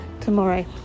tomorrow